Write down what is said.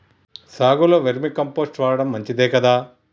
సాగులో vermicompost వాడటం మంచిదే కదా?